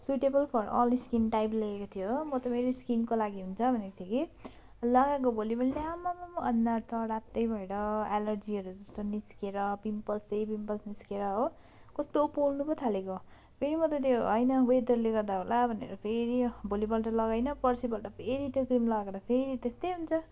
suitable for all skin type लेखेको थियो हो म त फेरि स्किनको लागि हुन्छ भनेको थिएँ कि लगाएको भोलि पल्ट ल्या आम्मामामा अनुहार त रातै भएर एलर्जीहरू जस्तो निस्किएर पिम्पल्सै पिम्पल्स निस्किएर हो कस्तो पोल्नु पो थालेको फेरि म त त्यो होइन वेदरले गर्दा होला भनेर फेरि यो भोलि पल्ट लगाइनँं पर्सि पल्ट फेरि त्यो क्रिम लगाएको त फेरि त्यस्तै हुन्छ